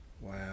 Wow